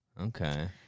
okay